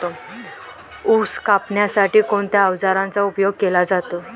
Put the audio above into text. ऊस कापण्यासाठी कोणत्या अवजारांचा उपयोग केला जातो?